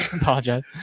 Apologize